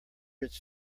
its